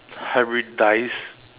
hybridise